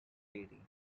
lady